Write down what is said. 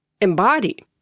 embody